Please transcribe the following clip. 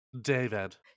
David